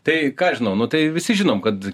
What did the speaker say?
tai ką aš žinau nu tai visi žinom kad